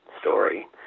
story